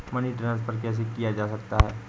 Money transfer कैसे किया जा सकता है?